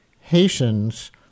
Haitians